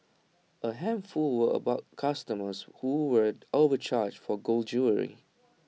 A handful were about customers who were overcharged for gold jewellery